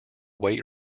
weight